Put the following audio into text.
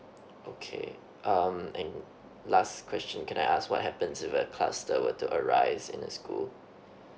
okay um and last question can I ask what happen if a cluster were to arise in the school